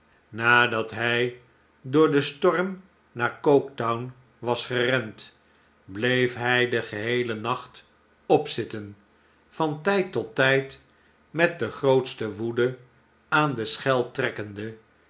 nadat hij door den storm naar ooketown was gerend bleef hij den geheelen nacht opzitten van tijd tot tijd met de grootste woede aan de schel trekkende